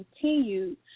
continued